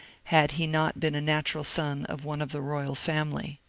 had he not been a natural son of one of the royal family.